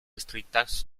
estrictas